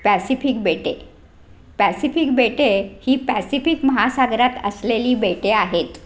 Pacific बेटे Pacific बेटे ही पॅसिफिक महासागरात असलेली बेटे आहेत